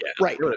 Right